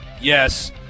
Yes